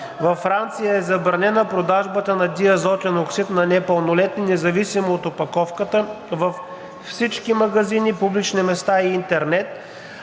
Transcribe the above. във Франция е забранена продажбата на диазотен оксид на непълнолетни, независимо от опаковката във всички магазини, публични места и интернет,